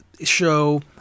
show